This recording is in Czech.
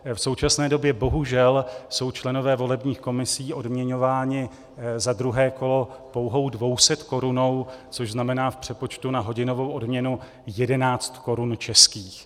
V současné době jsou bohužel členové volebních komisí odměňováni za druhé kolo pouhou dvousetkorunou, což znamená v přepočtu na hodinovou odměnu 11 korun českých.